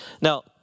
Now